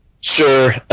Sure